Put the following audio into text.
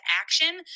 action